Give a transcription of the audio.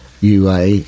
UA